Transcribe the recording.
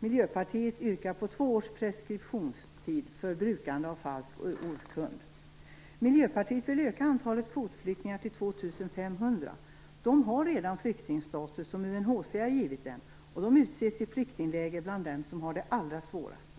Miljöpartiet yrkar på två års preskriptionstid för brukande av falsk urkund. 2 500. De har redan flyktingstatus som UNHCR givit dem, och de utses i flyktingläger bland dem som har det allra svårast.